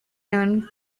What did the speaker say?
known